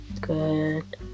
good